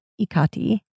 Ikati